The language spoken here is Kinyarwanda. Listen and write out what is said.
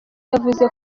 yavuze